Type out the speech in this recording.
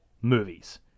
movies